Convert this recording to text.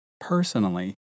Personally